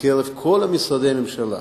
בקרב כל משרדי הממשלה,